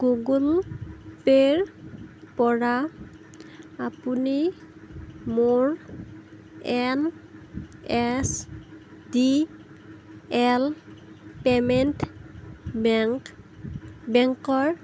Google পেৰপৰা আপুনি মোৰ N S D L payment bank বেংকৰ